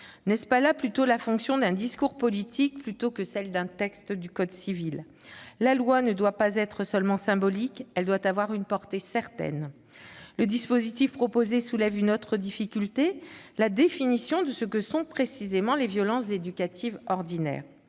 N'est-ce pas là la fonction d'un discours politique plutôt que d'un article du code civil ? La loi ne doit pas être seulement symbolique, elle doit avoir une portée certaine. Le dispositif proposé soulève une autre difficulté : que sont précisément les violences éducatives ordinaires